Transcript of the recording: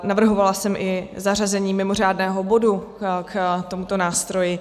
Navrhovala jsem i zařazení mimořádného bodu k tomuto nástroji.